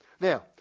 Now